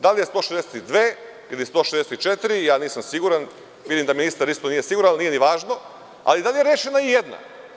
Da li je 162 ili 164 nisam siguran, vidim da ministar isto nije siguran, ali nije ni važno, ali da li je rešena ijedna.